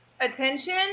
attention